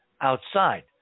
outside